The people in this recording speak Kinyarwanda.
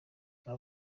nka